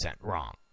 wrong